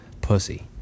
pussy